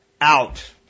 out